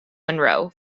monroe